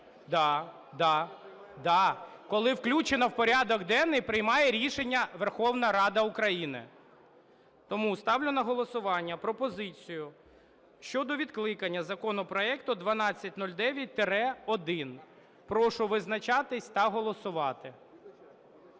Да, да. Коли включено в порядок денний, приймає рішення Верховна Рада України. Тому ставлю на голосування пропозицію щодо відкликання законопроекту 1209-1. Прошу визначатись та голосувати.